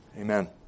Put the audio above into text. Amen